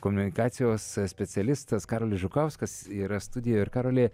komunikacijos specialistas karolis žukauskas yra studijoj ir karoli